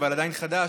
אבל עדיין חדש,